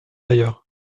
d’ailleurs